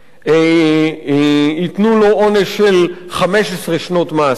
ייתנו לו עונש של 15 שנות מאסר.